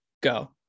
Go